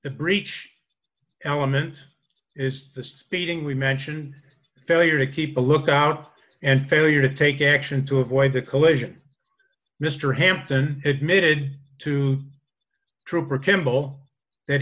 the breach elements is the speeding we mention the failure to keep a lookout and failure to take action to avoid the collision mr hampton admitted to trooper campbell that